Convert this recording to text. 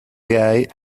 gay